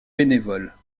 bénévoles